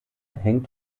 hängt